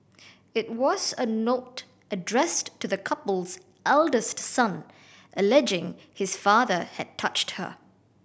it was a note addressed to the couple's eldest son alleging his father had touched her